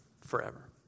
Forever